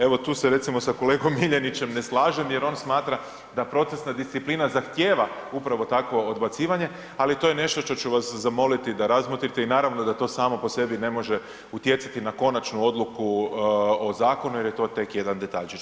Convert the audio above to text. Evo tu se recimo sa kolegom Miljanićem ne slažem jer on smatra da procesna disciplina zahtjeva upravo takvo odbacivanje, ali to je nešto što ću vas zamoliti da razmotrite i naravno da to samo po sebi ne može utjecati na konačnu odluku o zakonu, jer je to tek jedan detaljčić.